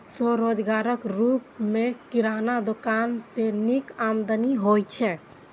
स्वरोजगारक रूप मे किराना दोकान सं नीक आमदनी होइ छै